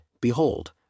behold